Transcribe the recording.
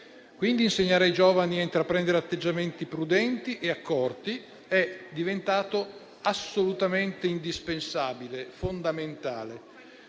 Insegnare ai giovani a intraprendere atteggiamenti prudenti e accorti è diventato quindi assolutamente indispensabile e fondamentale,